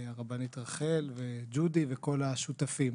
הרבנית רחל, ג'ודי וכל השותפים.